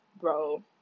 bro